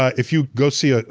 ah if you go see, ah